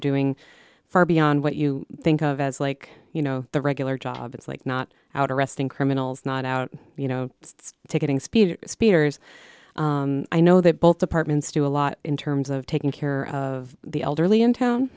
doing far beyond what you think of as like you know the regular job it's like not out arresting criminals not out you know it's taking speed speeders i know that both departments do a lot in terms of taking care of the elderly in town